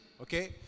okay